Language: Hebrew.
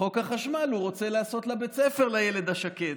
חוק החשמל, הוא רוצה לעשות לה בית ספר, לילד השקט.